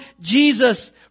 Jesus